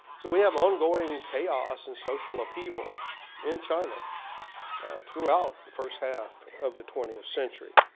so we have ongoing chaos and social upheaval in china throughout the first half of the twentieth century.